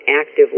active